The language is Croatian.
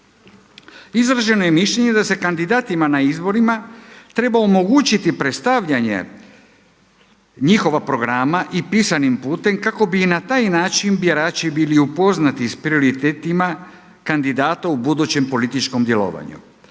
Izraženo je mišljenje da se kandidatima na izborima treba omogućiti predstavljanje njihova programa i pisanim putem kako bi i na taj način birači bili upoznati s prioritetima kandidata u budućem političkom djelovanju.